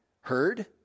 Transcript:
heard